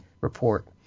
report